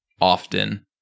often